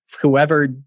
whoever